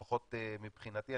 לפחות מבחינתי,